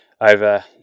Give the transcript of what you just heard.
over